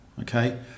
Okay